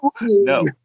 no